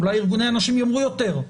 אולי ארגוני הנשים יאמרו יותר.